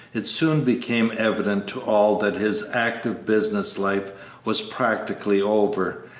it soon became evident to all that his active business life was practically over,